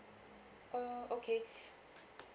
uh okay